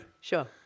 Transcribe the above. Sure